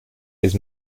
his